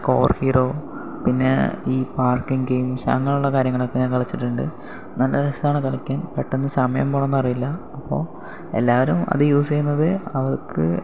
score hero പിന്നെ ഈ parking games അങ്ങനെയുള്ള കാര്യങ്ങളൊക്കെ ഞാൻ കളിച്ചിട്ടുണ്ട് നല്ല രസമാണ് കളിക്കാൻ പെട്ടെന്ന് സമയം പോകണതറിയില്ല അപ്പോൾ എല്ലാവരും അത് യൂസ് ചെയ്യുന്നത് അവർക്ക്